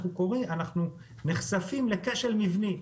אנחנו נחשפים לכשל מבני.